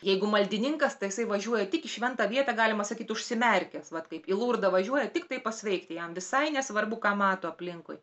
jeigu maldininkas tai jisai važiuoja tik į šventą vietą galima sakyti užsimerkęs vat kaip į lurdą važiuoja tiktai pasveikti jam visai nesvarbu ką mato aplinkui